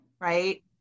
right